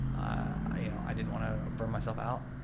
i you know i didn't wanna burn myself out.